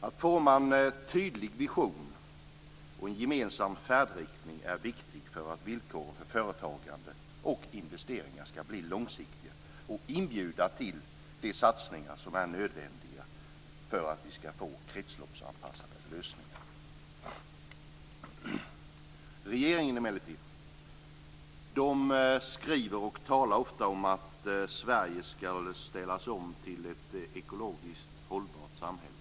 Att få en tydlig vision och en gemensam färdriktning är viktigt för att villkoren för företagande och investeringar ska bli långsiktiga och inbjuda till de satsningar som är nödvändiga för att vi ska få kretsloppsanpassade lösningar. Regeringen, emellertid, skriver och talar ofta om att Sverige ska ställas om till ett ekologiskt hållbart samhälle.